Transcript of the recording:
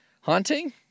haunting